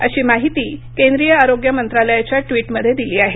अशी माहिती केंद्रीय आरोग्य मंत्रालयाच्या ट्विटमध्ये दिली आहे